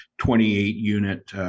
28-unit